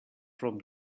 from